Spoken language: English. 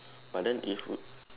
but then if would